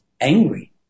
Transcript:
angry